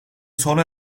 sona